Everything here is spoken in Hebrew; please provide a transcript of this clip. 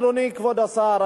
אדוני כבוד השר,